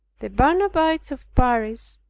the barnabites of paris,